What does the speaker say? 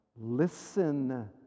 Listen